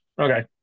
Okay